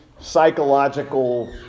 psychological